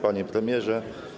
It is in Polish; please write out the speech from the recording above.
Panie Premierze!